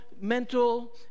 mental